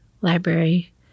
Library